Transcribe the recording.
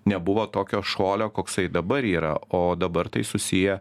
nebuvo tokio šuolio koksai dabar yra o dabar tai susiję